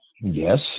Yes